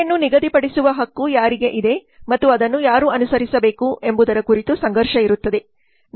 ಗುರಿಯನ್ನು ನಿಗದಿಪಡಿಸುವ ಹಕ್ಕು ಯಾರಿಗೆ ಇದೆ ಮತ್ತು ಅದನ್ನು ಯಾರು ಅನುಸರಿಸಬೇಕು ಎಂಬುದರ ಕುರಿತು ಸಂಘರ್ಷ ಇರುತ್ತದೆ